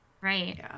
Right